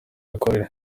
mikorere